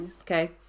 Okay